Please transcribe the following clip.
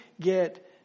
get